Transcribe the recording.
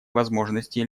возможностей